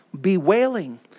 bewailing